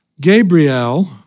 Gabriel